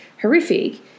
horrific